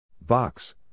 Box